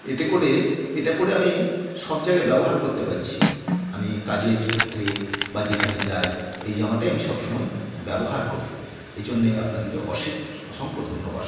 এতে করে এটা পরে আমি সব জায়গায় ব্যবহার করতে পারছি আমি কাজের ক্ষেত্রে বা যেখানে যাই এই জামাটাই আমি সবসময় ব্যবহার করি এই জন্যে আপনাদেরকে অসংখ্য ধন্যবাদ